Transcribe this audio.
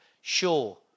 sure